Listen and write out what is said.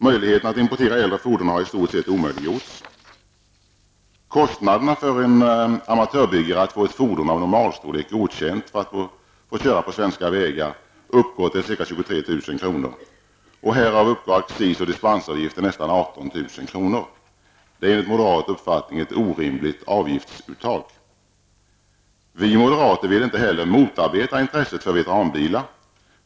Möjligheten att importera äldre fordon har i stort sett omöjliggjorts. Kostnaderna för en amatörbyggare att få ett fordon av normalstorlek godkänt för körning på svenska vägar uppgår till ca 23 000 kr. Härav uppgår accisoch dispensavgift till nästan 18 000 kr. Det är enligt moderat uppfattning ett orimligt avgiftsuttag. Vi moderater vill inte heller motarbeta intresset för veteranbilar.